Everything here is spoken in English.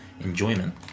enjoyment